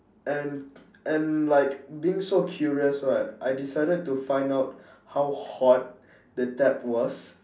and and like being so curious right I decided to find out how hot the tap was